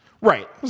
Right